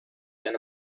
than